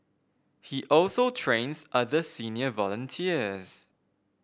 he also trains other senior volunteers